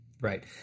right